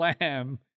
Lamb